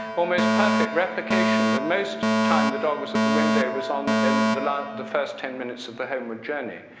almost perfect replication, the most time the dog was at the window was on and the like the first ten minutes of the homeward journey,